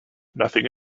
nothing